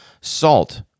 salt